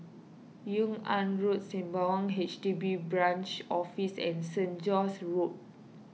Yung An Road Sembawang H D B Branch Office and Street John's Road